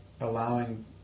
allowing